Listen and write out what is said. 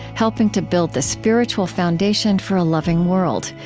helping to build the spiritual foundation for a loving world.